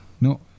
No